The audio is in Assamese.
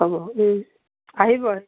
হ'ব আহিব